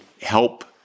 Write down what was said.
help